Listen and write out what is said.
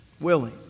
willing